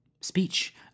speech